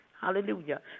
hallelujah